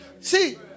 see